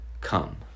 come